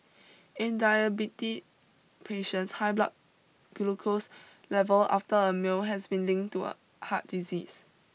Berlin would press with its allies and partners for further worldwide disarmament